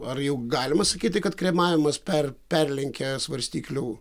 ar jau galima sakyti kad kremavimas per perlenkia svarstyklių